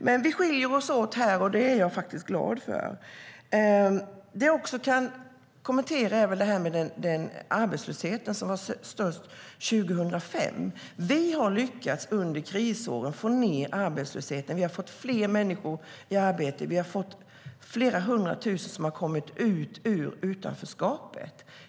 Men vi skiljer oss åt här, och det är jag faktiskt glad för. Det jag också kan kommentera är arbetslösheten, som var störst 2005. Vi har lyckats få ned arbetslösheten under krisåren. Vi har fått fler i arbete. Vi har fått ut flera hundra tusen ur utanförskapet.